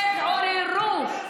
תתעוררו.